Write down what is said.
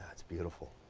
it's beautiful.